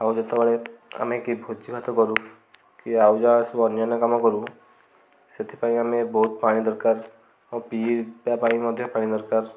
ଆଉ ଯେତେବେଳେ ଆମେ କିଏ ଭୋଜି ଭାତ କରୁ କି ଆଉ ଯାହା ସବୁ ଅନ୍ୟାନ୍ୟ କାମ କରୁ ସେଥିପାଇଁ ଆମେ ବହୁତ ପାଣି ଦରକାର ଆଉ ପିଇବା ପାଇଁ ମଧ୍ୟ ପାଣି ଦରକାର